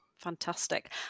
Fantastic